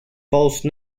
false